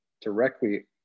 directly